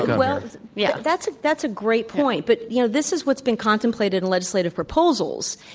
well yeah. that's that's a great point. but you know, this is what's been contemplated in legislative proposals,